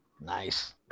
Nice